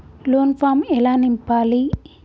Loan form ఎలా నింపాలి?